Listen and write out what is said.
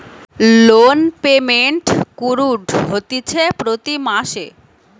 loan payment কুরঢ হতিছে প্রতি মাসে